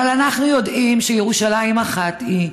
אבל אנחנו יודעים שירושלים אחת היא,